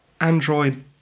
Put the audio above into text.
Android